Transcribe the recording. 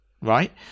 right